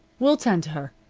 we'll tend to her,